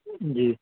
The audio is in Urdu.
جی